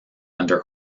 under